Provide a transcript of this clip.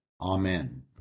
Amen